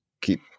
Keep